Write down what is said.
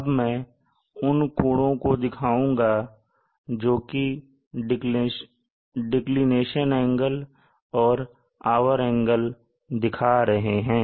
अब मैं उन कोणों को दिखाऊंगा जोकि डिक्लिनेशन एंगल और आवर एंगल दिखा रहे हैं